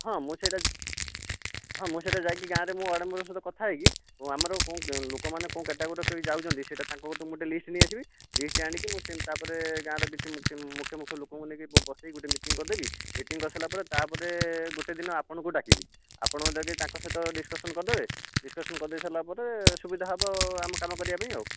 ହଁ ମୁଁ ସେହିଟା ହଁ ମୁଁ ସେହିଟା ଯାଇକି ଗାଁରେ ମୁଁ ୱାର୍ଡ଼ ମେମ୍ବରଙ୍କ ସହିତ କଥା ହୋଇକି ଆମର କେଉଁ ଲୋକମାନେ କେଉଁ କାଟାଗୋରିର କିଏ ଯାଉଛନ୍ତି ସେହିଟା ତାଙ୍କଠୁ ମୁଁ ଗୋଟିଏ ଲିଷ୍ଟ ନେଇଆସିବି ଲିଷ୍ଟ ଆଣିକି ମୁଁ ସେ ତା ପରେ ଗାଁର କିଛି ମୁଖ୍ୟ ମୁଖ୍ୟ ଲୋକଙ୍କୁ ନେଇକି ବସାଇକି ଗୋଟିଏ ମିଟିଂ କରିଦେବି ମିଟିଂ କରିସାରିଲା ପରେ ତା ପରେ ଗୋଟିଏ ଦିନ ଆପଣଙ୍କୁ ଡାକିବି ଆପଣ ଯଦି ତାଙ୍କ ସହିତ ଡିସକସନ୍ କରିଦେବେ ଡିସକସନ୍ କରିଦେଇ ସାରିଲା ପରେ ସୁବିଧା ହେବ ଆମେ କାମ କରିବା ପାଇଁ ଆଉ